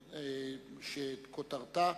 שמספרה 231, וכותרתה: